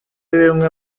bimwe